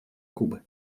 кубы